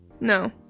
no